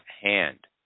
hand